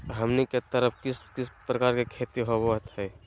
हमनी के तरफ किस किस प्रकार के खेती होवत है?